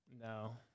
No